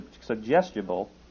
suggestible